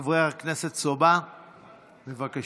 חבר הכנסת סובה, בבקשה.